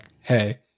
hey